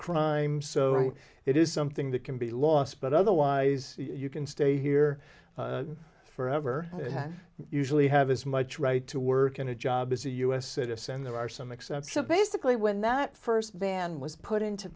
crime so it is something that can be lost but otherwise you can stay here forever and usually have as much right to work in a job as a u s citizen and there are some exceptions basically when that first van was put into